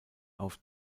auf